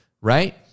right